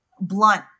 blunt